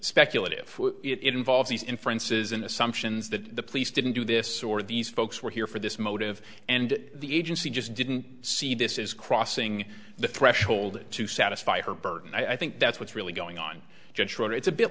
speculative it involves these inferences and assumptions that the police didn't do this or these folks were here for this motive and the agency just didn't see this is crossing the threshold to satisfy her burden i think that's what's really going on